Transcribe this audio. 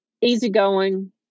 easygoing